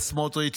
וסמוטריץ',